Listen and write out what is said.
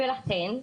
לכן,